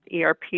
ERP